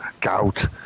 gout